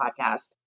podcast